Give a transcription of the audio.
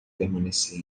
permanecer